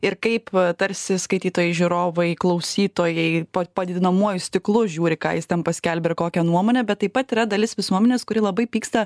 ir kaip tarsi skaitytojai žiūrovai klausytojai po padidinamuoju stiklu žiūri ką jis ten paskelbia ir kokią nuomonę bet taip pat yra dalis visuomenės kuri labai pyksta